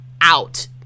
out